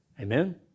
Amen